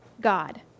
God